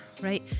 right